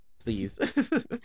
please